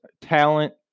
talent